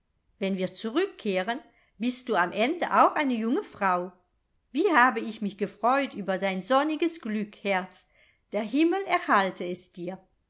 wenn wir zurückkehren bist du am ende auch eine junge frau wie habe ich mich gefreut über dein sonniges glück herz der himmel erhalte es dir